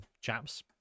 chaps